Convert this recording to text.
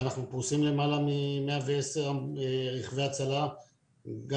אנחנו פרוסים למעלה מ-110 רכבי הצלה גם